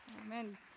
Amen